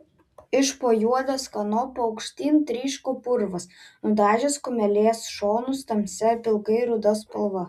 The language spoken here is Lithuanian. iš po juodės kanopų aukštyn tryško purvas nudažęs kumelės šonus tamsia pilkai ruda spalva